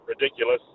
ridiculous